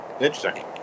interesting